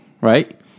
right